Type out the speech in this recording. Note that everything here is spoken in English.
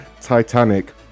Titanic